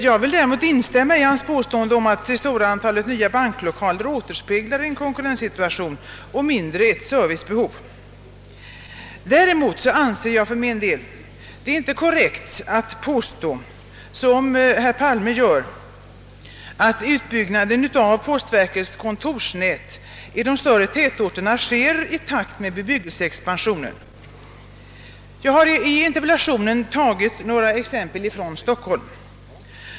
Jag vill däremot instämma i hans påstående att det stora antalet nya banklokaler mer återspeglar en konkurrenssituation och mindre ett servicebehov. Men jag anser det inte vara korrekt att påstå, som kommunikationsministern gör, att utbyggnaden av postverkets kontorsnät i de större tätorterna sker i takt med bebyggelseexpansionen. Jag har i min interpellation anfört några exempel från Stockholm.